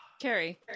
Carrie